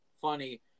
Funny